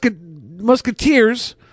musketeers